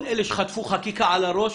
כל אלה שחטפו חקיקה על הראש